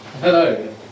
Hello